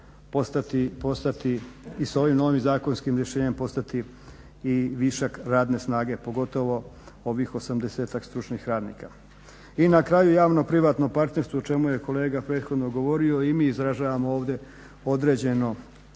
postati i s ovim novim zakonskim rješenjem postati i višak radne snage. Pogotovo ovih 80-ak stručnih radnika. I na kraju javno privatno partnerstvo o čemu je kolega prethodno govorio i mi izražavamo ovdje određenu